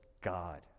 God